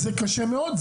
זה קשה מאוד.